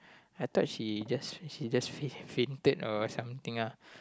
I thought she just she just fainted or something ah